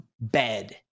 bed